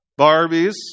Barbies